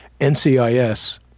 NCIS